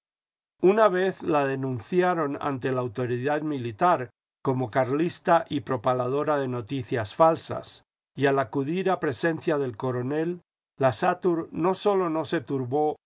una vez la denunciaron ante la autoridad militar como carlista y propaladora de noticias falsas y al acudir a presencia del coronel la satur no sólo no se turbó